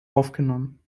aufgenommen